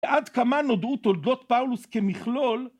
עד כמה נודרו תולדות פאולוס כמכלול?